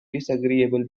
disagreeable